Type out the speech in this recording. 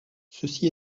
ceci